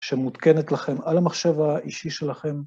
שמותקנת לכם על המחשב האישי שלכם.